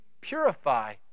purify